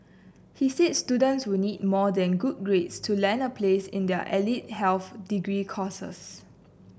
he said students will need more than good grades to land a place in the allied health degree courses